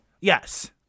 Yes